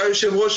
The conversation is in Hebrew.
היושבת ראש,